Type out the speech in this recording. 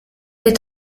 est